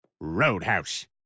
Roadhouse